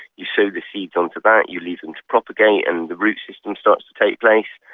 you sow the seeds onto that, you leave them to propagate and the root system starts to take place.